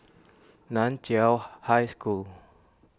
Nan Chiau High School